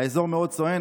האזור מאוד סואן,